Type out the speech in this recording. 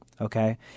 Okay